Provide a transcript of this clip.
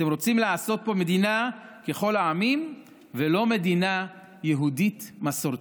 אתם רוצים לעשות פה מדינה ככל העמים ולא מדינה יהודית מסורתית.